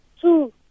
Two